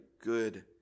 good